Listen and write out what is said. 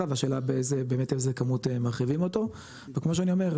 והשאלה באמת באיזה כמות מרחיבים אותו וכמו שאני אומר,